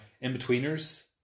in-betweeners